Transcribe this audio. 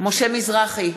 משה מזרחי,